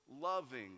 loving